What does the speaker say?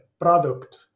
product